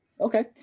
Okay